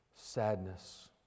sadness